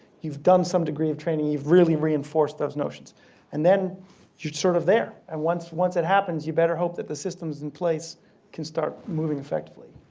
you've done some degree of training, you've really reinforced those notions and then you're sort of there. and once once it happens you better hope that the systems in place can start moving effectively.